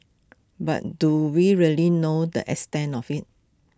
but do we really know the extent of IT